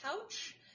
couch